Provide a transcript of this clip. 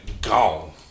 gone